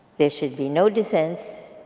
there should be no dissents.